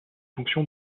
fonction